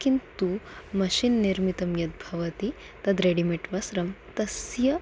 किन्तु मशीन् निर्मितं यद्भवति तत् रेडिमेड् वस्त्रं तस्य